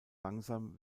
langsam